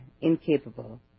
incapable